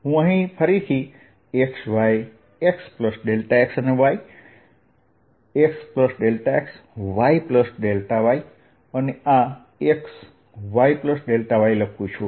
હું અહીં ફરીથી xy xxy xxyy અને આ xyy લખું છું